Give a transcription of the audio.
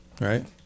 right